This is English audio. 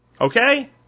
Okay